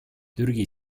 türgi